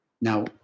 now